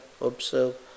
observe